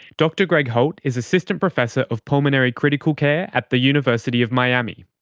dr greg holt is assistant professor of pulmonary critical care at the university of miami.